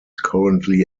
currently